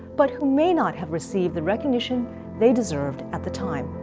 but who may not have received the recognition they deserved at the time.